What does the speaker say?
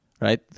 right